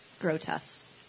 Grotesque